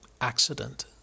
accident